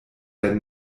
der